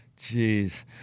Jeez